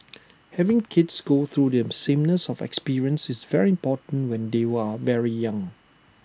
having kids go through them sameness of experience is very important when they very young